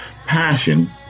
Passion